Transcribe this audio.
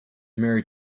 married